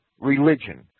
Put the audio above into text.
religion